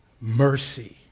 mercy